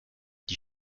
die